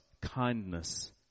kindness